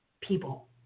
people